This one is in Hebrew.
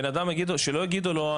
שלא יגידו לו,